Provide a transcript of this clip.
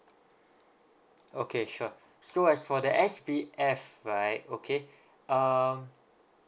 okay sure so as for the S_B_F right okay um